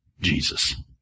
Jesus